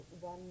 one